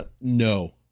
no